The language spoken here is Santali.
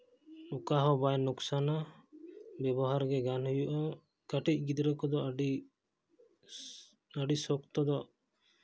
ᱚᱠᱟᱦᱚᱸ ᱵᱟᱭ ᱞᱳᱠᱥᱟᱱᱟ ᱵᱮᱵᱚᱦᱟᱨ ᱜᱮ ᱜᱟᱱ ᱦᱩᱭᱩᱜᱼᱟ ᱠᱟᱹᱴᱤᱡ ᱜᱤᱫᱽᱨᱟᱹ ᱠᱚᱫᱚ ᱟᱹᱰᱤ ᱟᱹᱰᱤ ᱥᱚᱠᱛᱚ ᱫᱚ